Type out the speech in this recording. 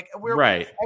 Right